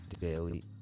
daily